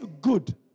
good